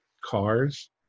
cars